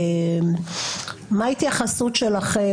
מה ההתייחסות שלכם?